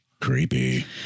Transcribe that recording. Creepy